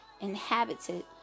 inhabited